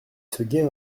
séguin